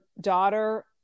daughter